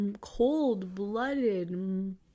cold-blooded